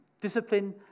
discipline